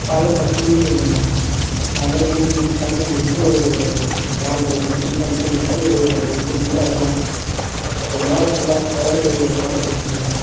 காலைல பத்து மணிக்கு வந்துடணும் சாய்ந்திரம் ஈவினிங் ஃபங்க்ஷன் முடிச்சுட்டு கிராமத்தில் ஒரு ஃபங்க்ஷன் ஃபங்க்ஷனை முடிச்சுட்டு ஒரு எட்டு மணிக்கு தான் வருவோம் ஒரு நாள் ஃபுல்லா எவ்வளோ வாடகை கேட்பீங்க